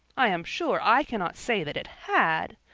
i am sure i cannot say that it had,